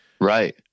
Right